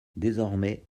désormais